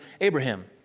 Abraham